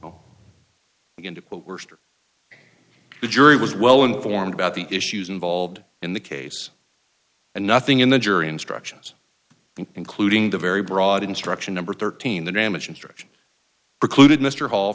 put the jury was well informed about the issues involved in the case and nothing in the jury instructions including the very broad instruction number thirteen the damage instruction precluded mr hall